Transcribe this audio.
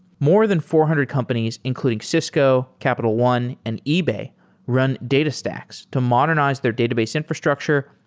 more than four hundred companies including cisco, capital one, and ebay run datastax to modernize their database infrastructure,